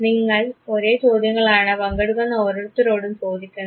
നിങ്ങൾ ഒരേ ചോദ്യങ്ങളാണ് പങ്കെടുക്കുന്ന ഓരോരുത്തരോടും ചോദിക്കുന്നത്